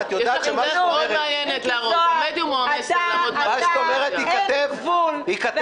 את יודעת שמה שאת אומרת ייכתב ויירשם.